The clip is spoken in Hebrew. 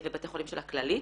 ובתי חולים של הכללית.